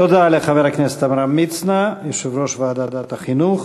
תודה לחבר הכנסת עמרם מצנע, יושב-ראש ועדת החינוך.